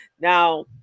Now